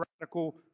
radical